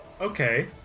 Okay